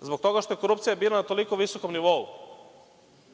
Zbog toga što je korupcija bila na toliko visokom nivou